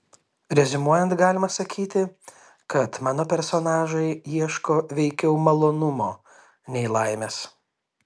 reziumuojant galima sakyti kad mano personažai ieško veikiau malonumo nei laimės